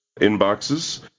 Inboxes